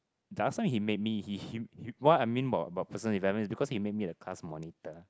doesn't he made me he him what I mean about about personal development is because he made me the class monitor